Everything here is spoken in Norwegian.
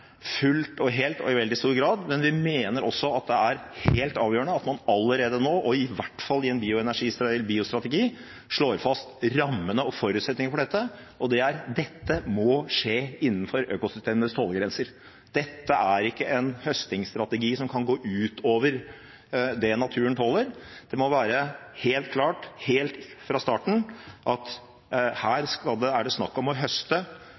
fullt og helt og i veldig stor grad, men vi mener også at det er helt avgjørende at man allerede nå, og i hvert fall i en biostrategi, slår fast rammene og forutsetningene for dette, og det er: Dette må skje innenfor økosystemenes tålegrenser. Dette er ikke en høstingsstrategi som kan gå utover det naturen tåler. Det må være helt klart, helt fra starten, at her er det snakk om å høste